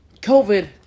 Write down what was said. COVID